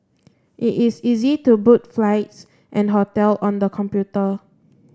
it is easy to book flights and hotel on the computer